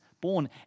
born